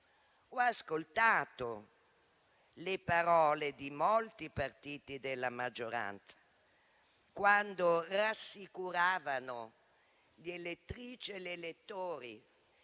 ho ascoltato le parole di molti partiti della maggioranza, quando rassicuravano le elettrici e gli elettori